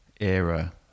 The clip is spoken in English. era